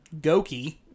Goki